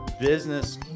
business